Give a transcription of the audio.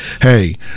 hey